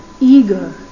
eager